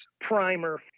primer